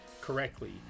correctly